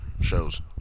shows